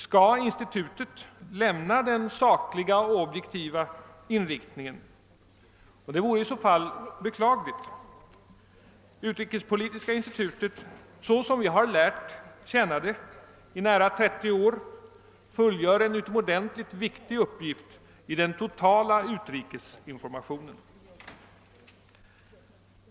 Skall institutet lämna den sakliga och :objektiva inriktningen? Det vore i så fall beklagligt. Utrikespolitiska institutet — såsom vi lärt känna det i nära 30 år — fullgör en utomordentligt viktig uppgift i den totala utrikesinformåtionen.